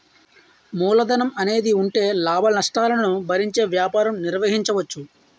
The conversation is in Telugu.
మూలధనం అనేది ఉంటే లాభనష్టాలను భరించే వ్యాపారం నిర్వహించవచ్చు